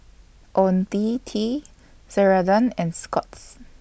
Ionil T Ceradan and Scott's